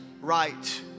right